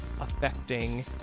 affecting